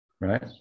right